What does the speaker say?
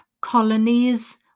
colonies